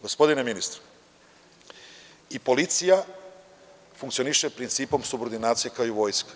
Gospodine ministre, i policija funkcioniše principom subordinacije kao i vojska.